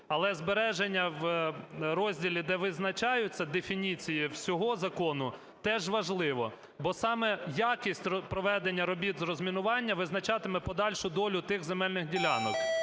Але збереження в розділі, де визначаються дефініції всього закону, теж важливо, бо саме якість проведення робіт з розмінування визначатиме подальшу долю тих земельних ділянок.